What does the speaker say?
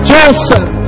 Joseph